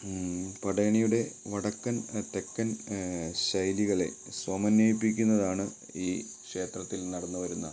പടയണിയുടെ വടക്കൻ തെക്കൻ ശൈലികളെ സമന്വയിപ്പിക്കുന്നതാണ് ഈ ക്ഷേത്രത്തിൽ നടന്ന് വരുന്ന